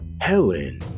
Helen